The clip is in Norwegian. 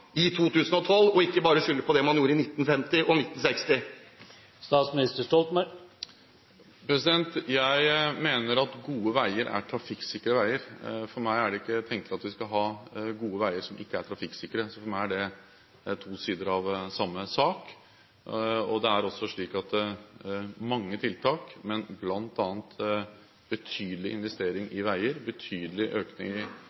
i 2012, og ikke bare skylde på det man gjorde på 1950- og 1960-tallet? Jeg mener at gode veier er trafikksikre veier. For meg er det ikke tenkelig at vi skal ha gode veier som ikke er trafikksikre. For meg er det to sider av samme sak. Det er også slik at mange tiltak, med bl.a. betydelig investering